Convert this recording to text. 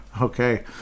Okay